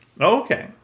Okay